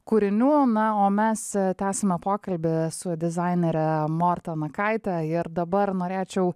kūrinių na o mes tęsiame pokalbį su dizainere morta nakaitė ir dabar norėčiau